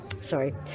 Sorry